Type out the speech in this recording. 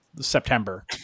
September